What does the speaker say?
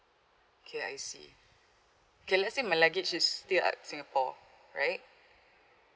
okay I see okay let's say my luggage is still at singapore right